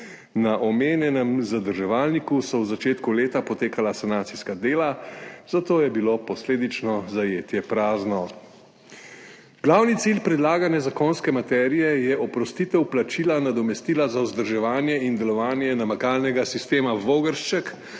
Na omenjenem zadrževalniku so v začetku leta potekala sanacijska dela, zato je bilo posledično zajetje prazno. Glavni cilj predlagane zakonske materije je oprostitev plačila nadomestila za vzdrževanje in delovanje namakalnega sistema Vogršček